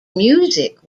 music